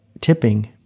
tipping